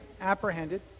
apprehended